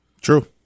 True